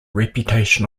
reputation